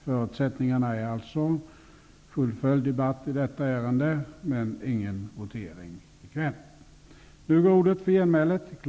Förutsättningarna är alltså: fullföljd debatt om utbildningsutskottets betänkande nr 1 men ingen votering i kväll.